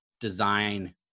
design